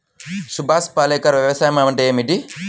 సుభాష్ పాలేకర్ వ్యవసాయం అంటే ఏమిటీ?